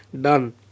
Done